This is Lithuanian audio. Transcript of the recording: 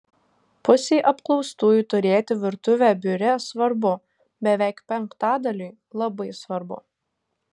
pusei apklaustųjų turėti virtuvę biure svarbu beveik penktadaliui labai svarbu